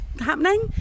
happening